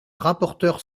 rapporteure